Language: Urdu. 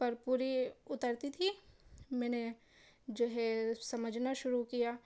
پر پوری اترتی تھی میں نے جو ہے سمجھنا شروع کیا